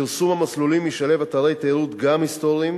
פרסום המסלולים ישלב אתרי תיירות, גם היסטוריים,